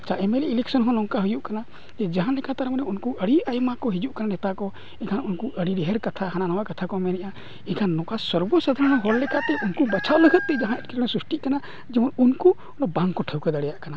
ᱟᱪᱪᱷᱟ M L A election ᱦᱚᱸ ᱱᱚᱝᱠᱟ ᱦᱩᱭᱩᱜ ᱠᱟᱱᱟ ᱡᱟᱦᱟᱸ ᱞᱮᱠᱟ ᱛᱟᱨᱢᱟᱱᱮ ᱩᱱᱠᱩ ᱟᱹᱰᱤ ᱟᱭᱢᱟ ᱠᱚ ᱦᱤᱡᱩᱜ ᱠᱟᱱᱟ ᱱᱮᱛᱟ ᱠᱚ ᱮᱱᱠᱷᱟᱱ ᱩᱱᱠᱩ ᱟᱹᱰᱤ ᱰᱷᱮᱨ ᱠᱟᱛᱷᱟ ᱦᱟᱱᱟ ᱱᱚᱣᱟ ᱠᱟᱛᱷᱟ ᱠᱚ ᱢᱮᱱᱮᱫᱼᱟ ᱮᱱᱠᱷᱟᱱ ᱱᱚᱝᱠᱟ ᱥᱚᱨᱵᱚ ᱥᱟᱫᱷᱟᱨᱚᱱ ᱦᱚᱲ ᱞᱮᱠᱟᱛᱮ ᱩᱱᱠᱩ ᱵᱟᱪᱷᱟᱣ ᱞᱟᱹᱜᱤᱫ ᱛᱮ ᱡᱟᱦᱟᱸ ᱮᱴᱠᱮᱴᱚᱬᱮ ᱥᱨᱤᱥᱴᱤᱜ ᱠᱟᱱᱟ ᱡᱮᱢᱚᱱ ᱩᱱᱠᱩ ᱵᱟᱝᱠᱚ ᱴᱷᱟᱹᱶᱠᱟᱹ ᱫᱟᱲᱮᱭᱟᱜ ᱠᱟᱱᱟ